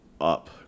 up